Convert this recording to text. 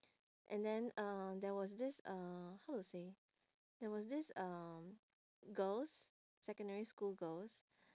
and then uh there was this uh how to say there was this uh girls secondary school girls